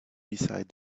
beside